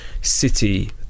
city